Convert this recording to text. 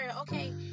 okay